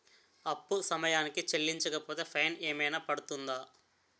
అప్పు సమయానికి చెల్లించకపోతే ఫైన్ ఏమైనా పడ్తుంద?